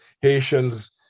Haitians